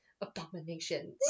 abominations